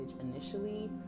initially